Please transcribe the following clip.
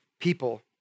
people